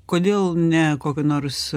kodėl ne kokia nors